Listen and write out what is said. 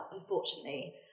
unfortunately